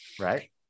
right